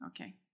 Okay